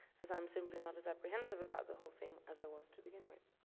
as i'm simply not as apprehensive about the whole thing as i was to begin with.